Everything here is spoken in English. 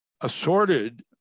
assorted